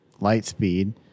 Lightspeed